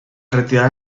retirar